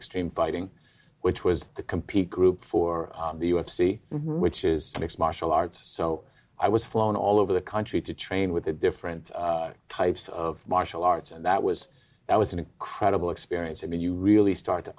extreme fighting which was to compete group for the u f c which is a mixed martial arts so i was flown all over the country to train with the different types of martial arts and that was that was an incredible experience i mean you really start to